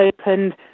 opened